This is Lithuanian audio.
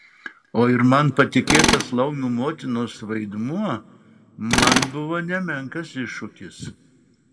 o ir man patikėtas laumių motinos vaidmuo man buvo nemenkas iššūkis